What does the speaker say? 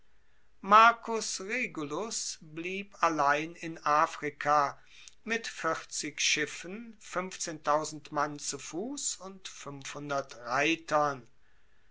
marcus regulus blieb allein in afrika mit schiffen mann zu fuss und reitern